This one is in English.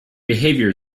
behavior